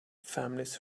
families